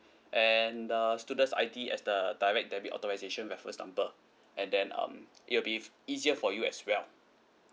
and the student's I_D as the direct debit authorisation reference number and then um it will be if easier for you as well